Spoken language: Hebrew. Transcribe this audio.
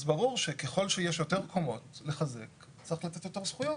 אז ברור שככל שיש יותר קומות לחזק צריך לתת יותר זכויות.